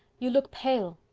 you look pale.